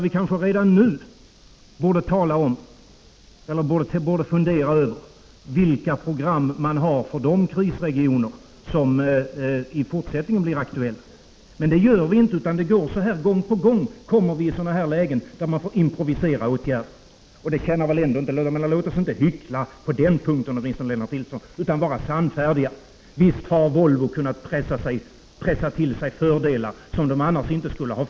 Vi kanske redan nu borde fundera över vilka program man har för de krisregioner som kan bli aktuella framöver. Det gör vi inte, utan gång på gång kommer vi i sådana här lägen där vi får improvisera åtgärder. Låt oss vidare åtminstone inte hyckla på den här punkten, Lennart Nilsson, utan vara sannfärdiga: Visst har Volvo kunnat pressa till sig fördelar som man annars inte skulle fått.